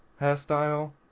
hairstyle